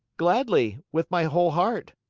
gladly! with my whole heart.